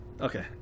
Okay